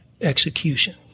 execution